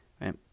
right